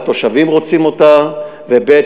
שהתושבים רוצים אותה, וב.